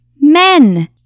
men